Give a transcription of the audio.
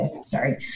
sorry